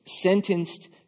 sentenced